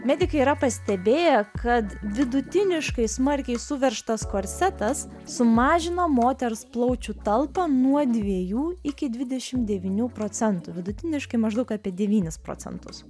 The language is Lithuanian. medikai yra pastebėję kad vidutiniškai smarkiai suveržtas korsetas sumažina moters plaučių talpą nuo dviejų iki dvidešim devynių procentų vidutiniškai maždaug apie devynis procentus